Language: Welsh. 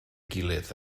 gilydd